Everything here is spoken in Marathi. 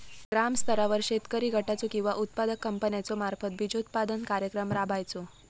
ग्रामस्तरावर शेतकरी गटाचो किंवा उत्पादक कंपन्याचो मार्फत बिजोत्पादन कार्यक्रम राबायचो?